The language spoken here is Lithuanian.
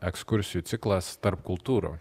ekskursijų ciklas tarp kultūrų